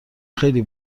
خیلی